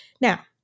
Now